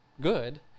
good